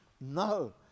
no